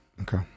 Okay